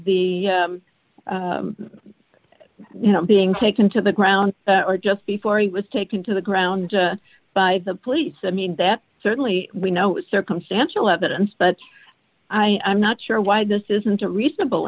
the you know being taken to the ground or just before it was taken to the ground by the police i mean that certainly we know circumstantial evidence but i'm not sure why this isn't a reasonable